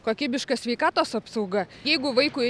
kokybiška sveikatos apsauga jeigu vaikui